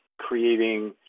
Creating